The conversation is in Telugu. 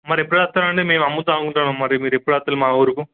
మరి ఎప్పుడు వస్తారండి మేము అమ్ముదాం అనుకుంటున్నాం మీరు ఎప్పుడు వస్తారు మా ఊరుకు